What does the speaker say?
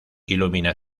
ilumina